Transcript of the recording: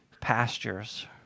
pastures